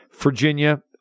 Virginia